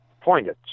pointed